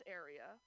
area